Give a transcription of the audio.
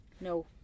No